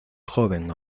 joven